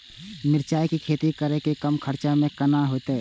मिरचाय के खेती करे में कम खर्चा में केना होते?